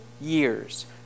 years